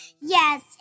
Yes